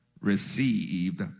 received